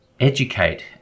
educate